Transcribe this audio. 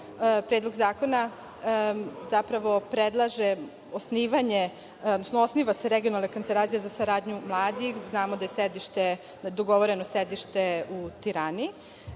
Predlog zakona zapravo predlaže osnivanje, odnosno osniva se regionalna kancelarija za saradnju mladih. Znamo da je dogovoreno sedište u Tirani.